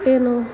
ಏನು